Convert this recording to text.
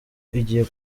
igiye